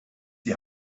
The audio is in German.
die